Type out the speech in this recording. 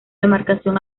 demarcación